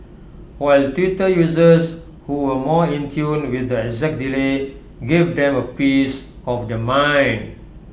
while Twitter users who were more in tune with the exact delay gave them A piece of their mind